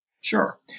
Sure